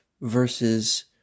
versus